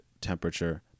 temperature